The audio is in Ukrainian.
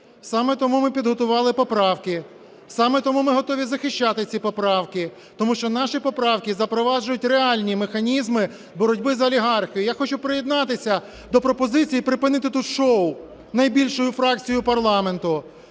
Саме тому ми підготували поправки. Саме тому ми готові захищати ці поправки. Тому що наші поправки запроваджують реальні механізми боротьби з олігархією. Я хочу приєднатися до пропозиції припинити тут шоу найбільшою фракцією парламенту.